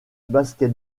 basket